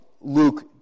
Luke